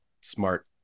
smart